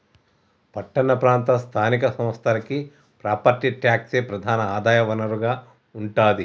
పట్టణ ప్రాంత స్థానిక సంస్థలకి ప్రాపర్టీ ట్యాక్సే ప్రధాన ఆదాయ వనరుగా ఉంటాది